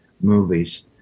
movies